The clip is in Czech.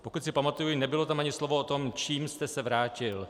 Pokud si pamatuji, nebylo tam ani slovo o tom, s čím jste se vrátil.